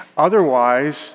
Otherwise